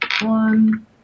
One